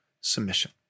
submission